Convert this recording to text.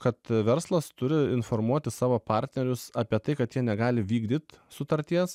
kad verslas turi informuoti savo partnerius apie tai kad jie negali vykdyt sutarties